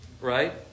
Right